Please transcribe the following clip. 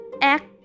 act